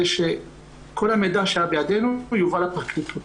שכל המידע שהיה בידינו יובא לפרקליטות.